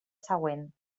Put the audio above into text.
següent